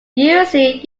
usually